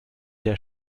der